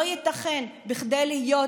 לא ייתכן שכדי להיות